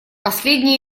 последний